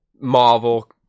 Marvel